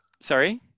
Sorry